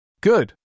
Good